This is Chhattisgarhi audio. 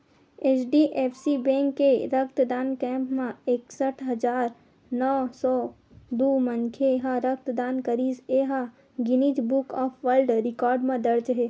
एच.डी.एफ.सी बेंक के रक्तदान कैम्प म एकसट हजार नव सौ दू मनखे ह रक्तदान करिस ए ह Guinness book of world record म दर्ज हे